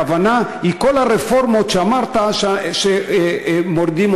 הכוונה היא, כל הרפורמות שאמרת שהאוצר מוריד,